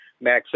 max